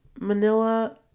Manila